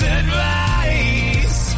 advice